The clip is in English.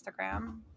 Instagram